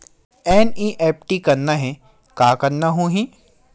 NEFT करना हे का करना होही?